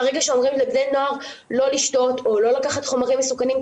ברגע שאומרים לבני נוער לא לשתות או לא לקחת חומרים מסוכנים,